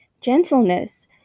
gentleness